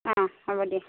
অঁ হ'ব দিয়া